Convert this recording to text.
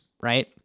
Right